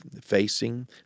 facing